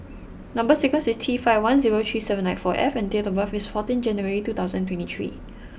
number sequence is T five one zero three seven nine four F and date of birth is fourteen January two thousand and twenty three